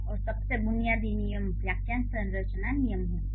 और सबसे बुनियादी नियम वाक्यांश संरचना नियम होंगे